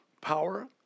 power